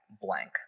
blank